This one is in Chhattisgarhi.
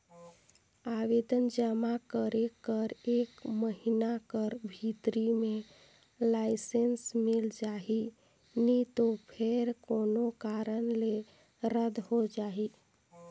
आवेदन जमा करे कर एक महिना कर भीतरी में लाइसेंस मिल जाही नी तो फेर कोनो कारन ले रद होए जाही